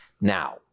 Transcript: Now